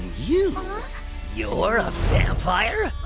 you you're a vampire?